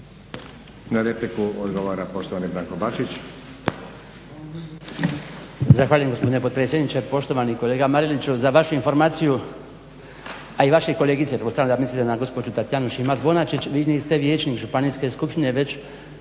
Na repliku odgovara poštovani Branko Bačić.